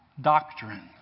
doctrine